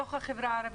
בתוך החברה הערכית.